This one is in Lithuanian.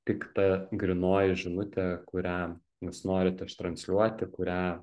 tik ta grynoji žinutė kurią jūs norit ištransliuoti kurią